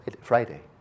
Friday